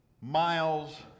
miles